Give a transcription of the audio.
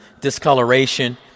discoloration